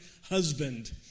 husband